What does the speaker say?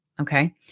Okay